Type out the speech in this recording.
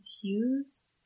cues